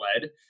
led